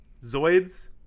Zoids